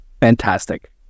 fantastic